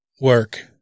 Work